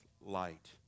light